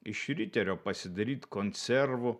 iš riterio pasidaryt konservų